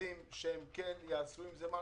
למשרדים כדי שהם כן יעשו עם זה משהו,